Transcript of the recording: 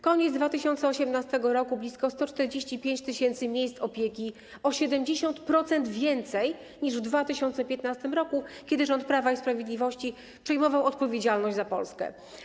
Koniec 2018 r. - blisko 145 tys. miejsc opieki, o 70% więcej niż w 2015 r., kiedy rząd Prawa i Sprawiedliwości przejmował odpowiedzialność za Polskę.